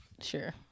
Sure